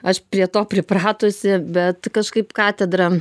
aš prie to pripratusi bet kažkaip katedra